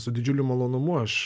su didžiuliu malonumu aš